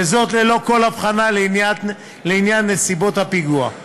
וזאת ללא כל הבחנה לעניין נסיבות הפיגוע.